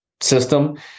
system